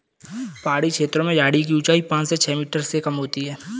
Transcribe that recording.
पहाड़ी छेत्रों में झाड़ी की ऊंचाई पांच से छ मीटर से कम होती है